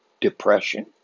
depression